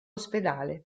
ospedale